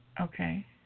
okay